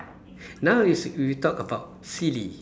now is we talk about silly